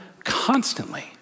constantly